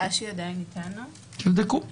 לגבי תעסוקה,